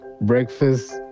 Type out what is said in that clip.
breakfast